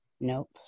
Nope